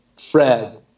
Fred